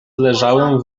leżałem